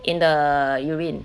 in the urine